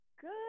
Good